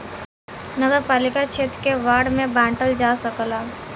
नगरपालिका क्षेत्र के वार्ड में बांटल जा सकला